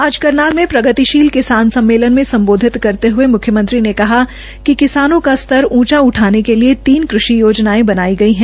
आज करनाल में प्रगतिशील किसान सम्मेलन में संबोधित करते हए मुख्यमंत्री ने कहा कि किसानों का स्तर उंचा उठाने के लिए तीन कृषि योजनाएं बनाई गई हैं